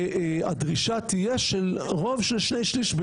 שהדרישה תהיה של רוב של שני שליש.